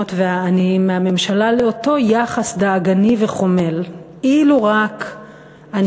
והעניים לאותו יחס דאגני וחומל מהממשלה,